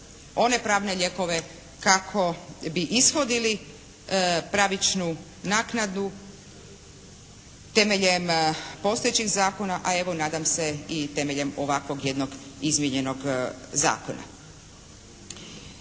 one pravne lijekove kako bi ishodili pravičnu naknadu temeljem postojećih zakona a evo nadam se i temeljem ovakvog jednog izmijenjenog zakona.